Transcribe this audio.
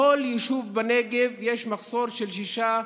בכל יישוב בנגב יש מחסור של שישה,